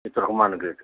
Turkman get